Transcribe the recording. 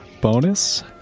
bonus